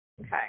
Okay